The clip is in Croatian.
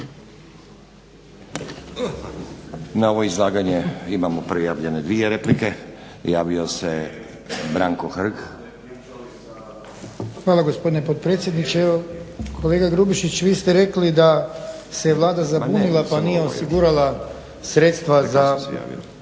Na ovo izlaganje imamo prijavljene dvije replike. Javio se Branko Hrg. **Hrg, Branko (HSS)** Hvala gospodine potpredsjedniče. Evo kolega Grubišić vi ste rekli da se Vlada zabunila pa nije osigurala sredstva za